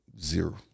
zero